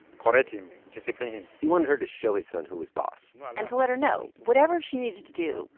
correct him. discipline him he wanted her to show his son who was boss and to let her know whatever she needed to do,